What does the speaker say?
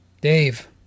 Dave